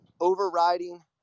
overriding